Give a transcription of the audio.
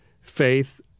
faith